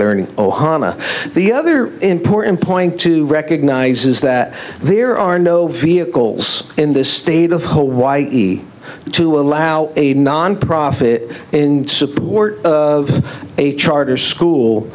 learning ohana the other important point to recognize is that the there are no vehicles in this state of hawaii to allow a nonprofit in support of a charter school